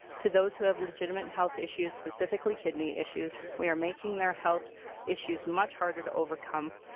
to those who have legitimate health issues, specifically kidney issues, we are making their health issues much harder to overcome.